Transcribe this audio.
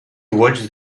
watched